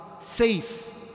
Safe